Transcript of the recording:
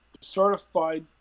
certified